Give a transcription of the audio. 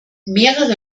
mehrere